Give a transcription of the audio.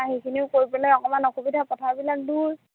সেইখিনিও কৰি পেলাই অকণমান অসুবিধা পথাৰবিলাক দূৰ